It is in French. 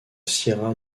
sierra